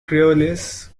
creoles